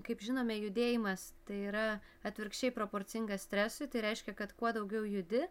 kaip žinome judėjimas tai yra atvirkščiai proporcingas stresui tai reiškia kad kuo daugiau judi